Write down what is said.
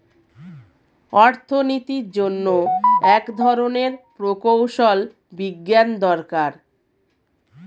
অর্থনীতির জন্য এক ধরনের প্রকৌশল বিজ্ঞান দরকার